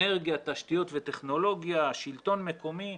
אנרגיה, תשתיות וטכנולוגיה, שלטון מקומי.